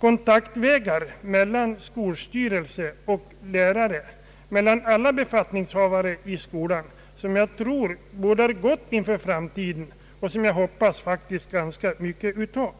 kontaktvägar mellan skolstyrelse och lärare och mellan alla befattningshavare i skolan, något som jag tror bådar gott för framtiden och som jag faktiskt hoppas ganska mycket av.